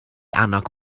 annog